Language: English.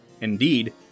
Indeed